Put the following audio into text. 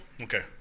Okay